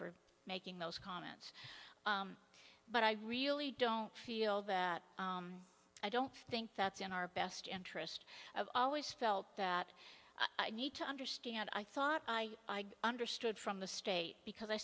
for making those comments but i really don't feel that i don't think that's in our best interest of always felt that i need to understand i thought i understood from the state because i